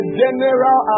general